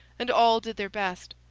and all did their best.